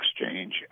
exchange